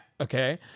Okay